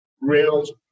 rails